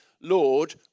Lord